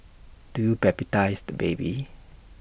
do you baptise the baby